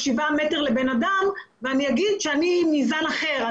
שבעה מטרים בין בן אדם אחד לשני ואני אומר שאני מזן אחר,